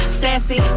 sassy